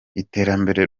iterambere